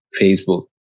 Facebook